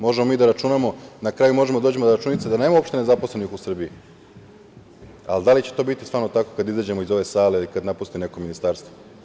Možemo mi da računamo, na kraju možemo da dođemo do računice da nema uopšte nezaposlenih u Srbiji, ali da li će to biti stvarno tako kada izađemo iz ove sale ili kad napuste neko ministarstvo?